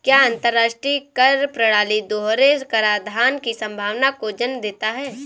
क्या अंतर्राष्ट्रीय कर प्रणाली दोहरे कराधान की संभावना को जन्म देता है?